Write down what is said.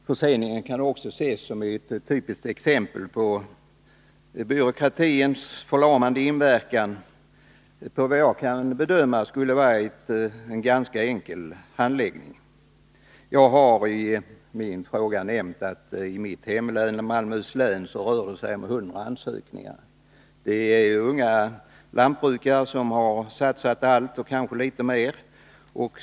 Förseningen kan också ses som ett typiskt exempel på byråkratins förlamande inverkan på en, efter vad jag kan bedöma, ganska enkel handläggning. Jag har i min fråga nämnt att det i mitt hemlän, Malmöhus län, rör sig om 100 ansökningar. De har inlämnats av unga lantbrukare som har satsat allt och kanske litet till.